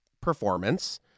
performance